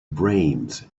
brains